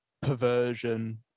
perversion